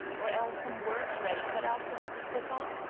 or else some words ready cut out, for me to stick on?